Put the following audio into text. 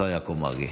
השר יעקב מרגי.